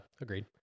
agreed